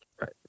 Right